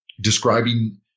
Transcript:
describing